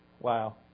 Wow